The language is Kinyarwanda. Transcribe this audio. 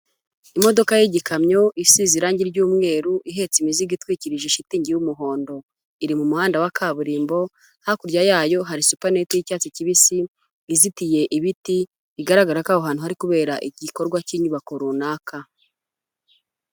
Imodoka y'igikamyo isize irangi ry'umweru ihetse imizigo itwikirije ishitingi y'umuhondo, iri mu muhanda wa kaburimbo, hakurya yayo hari supaneti y'icyatsi kibisi izitiye ibiti, bigaragara ko aho hantu hari kubera igikorwa cy'inyubako runaka